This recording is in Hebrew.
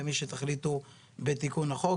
למי שתחליטו בתיקון החוק,